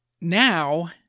now